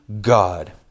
God